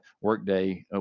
workday